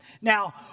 Now